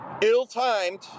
Ill-timed